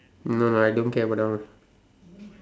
no no I don't care about that one